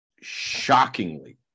shockingly